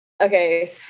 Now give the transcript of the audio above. okay